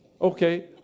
Okay